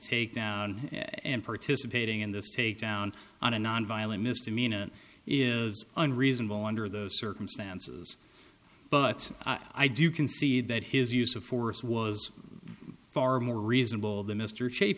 takedown and participating in this takedown on a nonviolent misdemeanor is unreasonable under those circumstances but i do concede that his use of force was far more reasonable than mr cha